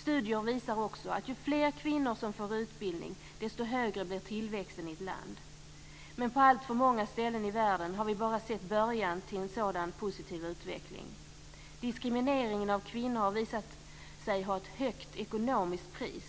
Studier visar också att ju fler kvinnor som får utbildning, desto högre blir tillväxten i ett land. Men på alltför många ställen i världen har vi bara sett början till en sådan positiv utveckling. Diskrimineringen av kvinnor har visat sig ha ett högt ekonomiskt pris.